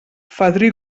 fadrí